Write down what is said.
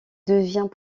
devient